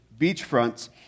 beachfronts